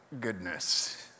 goodness